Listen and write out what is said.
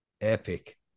epic